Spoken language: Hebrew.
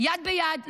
יד ביד.